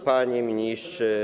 Panie Ministrze!